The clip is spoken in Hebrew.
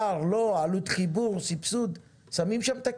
יקר/לא, עלות חיבור וסבסוד" שמים שם את הכסף.